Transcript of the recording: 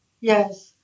yes